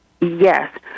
Yes